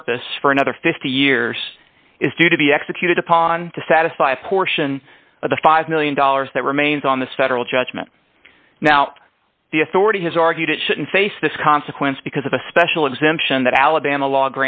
purpose for another fifty years is due to be executed upon to satisfy a portion of the five million dollars that remains on this federal judgment now the authority has argued it should face this consequence because of a special exemption that alabama law